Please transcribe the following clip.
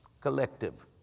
collective